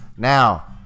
Now